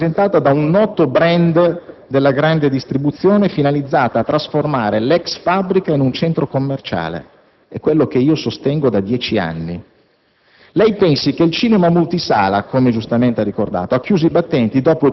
ha ritenuto non ammissibile sotto il profilo urbanistico la richiesta, presentata da un noto *brand* della grande distribuzione, finalizzata a trasformare l'ex fabbrica in un centro commerciale; è quello che sostengo da dieci anni.